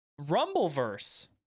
Rumbleverse